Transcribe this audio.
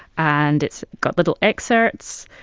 and it's got little excerpts,